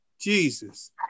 Jesus